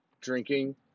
drinking